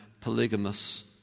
polygamous